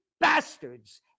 bastards